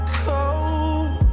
cold